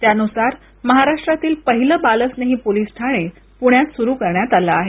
त्यानुसार महाराष्ट्रातलं पहिलं बाल स्नेही पोलीस ठाणे पुण्यात सुरू करण्यात आले आहे